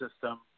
system